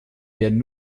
werden